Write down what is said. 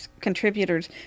contributors